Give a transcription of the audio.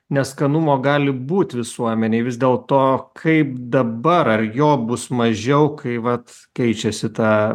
neskanumo gali būt visuomenėj vis dėlto kaip dabar ar jo bus mažiau kai vat keičiasi ta